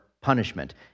punishment